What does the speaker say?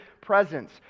presence